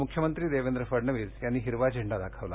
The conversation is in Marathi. त्याला मुख्यमंत्री देवेंद्र फडणवीस यांनी हिरवा झेंडा दाखवला